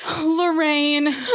Lorraine